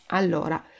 allora